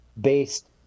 based